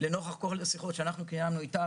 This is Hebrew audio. נוכח כל השיחות שקיימנו איתך,